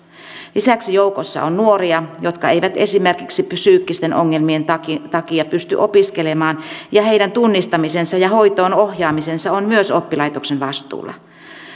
lisäksi joukossa on nuoria jotka eivät esimerkiksi psyykkisten ongelmien takia takia pysty opiskelemaan ja myös heidän tunnistamisensa ja hoitoon ohjaamisensa on oppilaitoksen vastuulla